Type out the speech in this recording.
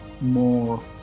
more